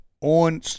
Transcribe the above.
on